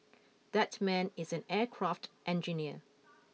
that man is an aircraft engineer